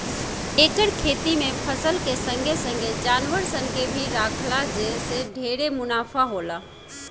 एकर खेती में फसल के संगे संगे जानवर सन के भी राखला जे से ढेरे मुनाफा होला